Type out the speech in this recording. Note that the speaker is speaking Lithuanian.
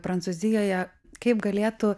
prancūzijoje kaip galėtų